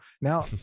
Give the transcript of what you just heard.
now